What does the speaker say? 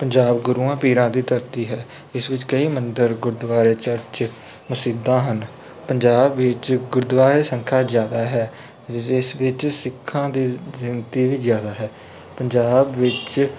ਪੰਜਾਬ ਗੁਰੂਆਂ ਪੀਰਾਂ ਦੀ ਧਰਤੀ ਹੈ ਇਸ ਵਿੱਚ ਕਈ ਮੰਦਰ ਗੁਰਦੁਆਰੇ ਚਰਚ ਮਸੀਤਾਂ ਹਨ ਪੰਜਾਬ ਵਿੱਚ ਗੁਰਦੁਆਰਿਆਂ ਦੀ ਸੰਖਿਆ ਜ਼ਿਆਦਾ ਹੈ ਜਿਸ ਵਿੱਚ ਸਿੱਖਾਂ ਦੀ ਗਿਣਤੀ ਵੀ ਜ਼ਿਆਦਾ ਹੈ ਪੰਜਾਬ ਵਿੱਚ